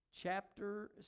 chapter